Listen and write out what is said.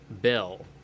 bill